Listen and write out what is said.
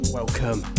welcome